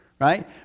right